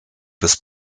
bis